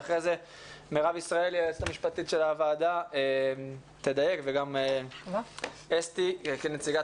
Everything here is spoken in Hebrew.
ואחרי זה מירב ישראלי היועצת המשפטית של הוועדה תדייק וגם אסתי כנציגת